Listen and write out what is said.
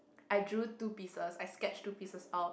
I drew two pieces I sketched two pieces out